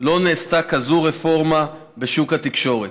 לא נעשתה כזאת רפורמה בשוק התקשורת,